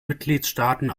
mitgliedstaaten